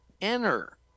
enter